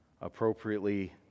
appropriately